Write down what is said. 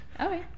Okay